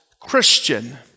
Christian